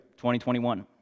2021